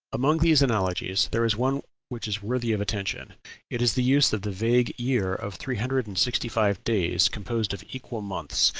among these analogies there is one which is worthy of attention it is the use of the vague year of three hundred and sixty-five days, composed of equal months,